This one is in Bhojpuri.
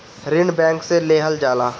ऋण बैंक से लेहल जाला